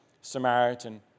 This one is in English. Samaritan